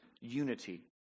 unity